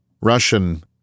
Russian